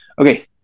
Okay